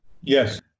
Yes